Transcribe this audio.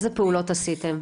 איזה פעולות עשיתם?